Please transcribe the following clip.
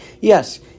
yes